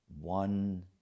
one